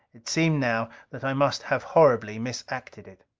it seemed now that i must have horribly misacted it.